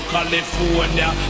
California